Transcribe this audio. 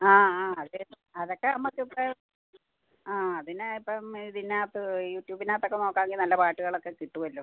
ആ ആ അതെ അതൊക്കെ നമുക്ക് ഇപ്പം ആ അതിന് ഇപ്പം ഇതിനകത്ത് യൂട്യൂബിനകത്തൊക്കെ നോക്കുകയാണെങ്കിൽ നല്ല പാട്ടുകളൊക്കെ കിട്ടുമല്ലോ